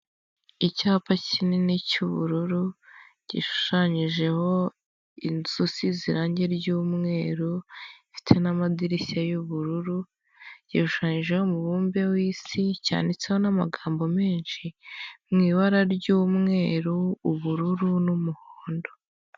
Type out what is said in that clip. Icyapa kinini cy'ubururu gishushanyijeho inzu isize irangi ryumweru ifite n'amadirishya y'ubururu, gishushanyijeho umubumbe w'isi cyanditseho n'amagambo menshi mu ibara ry'umweru ,ubururu n'umuhondo.